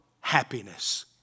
happiness